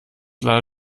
leider